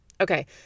okay